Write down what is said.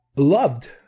loved